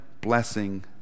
blessing